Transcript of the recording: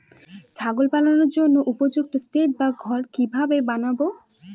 ছাগল পালনের জন্য উপযুক্ত সেড বা ঘর কিভাবে বানাবো?